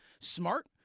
smart